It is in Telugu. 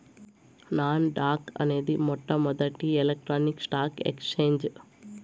నాన్ డాక్ అనేది మొట్టమొదటి ఎలక్ట్రానిక్ స్టాక్ ఎక్సేంజ్